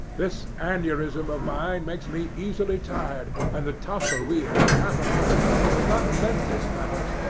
this aneurism of mine makes me easily tired, and the tussle we had half an hour ago has not mended matters.